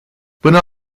până